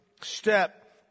step